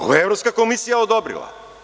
Ovo je Evropska komisija odobrila.